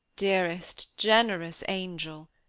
dearest, generous angel!